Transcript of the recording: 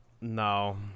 No